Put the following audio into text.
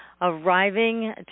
arriving